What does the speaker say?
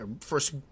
first